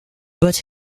but